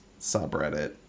subreddit